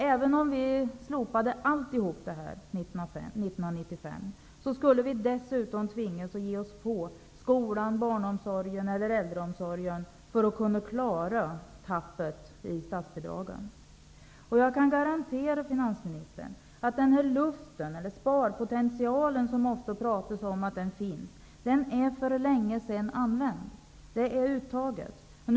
Även om vi skulle slopa allt detta 1995, skulle vi dessutom tvingas att göra nedskärningar på områden som skola, barnomsorg och äldreomsorg för att kunna klara förlusten i statsbidraget. Jag kan garantera finansministern att den här sparpotentialen, som det ofta talas om, för länge sedan är utnyttjad.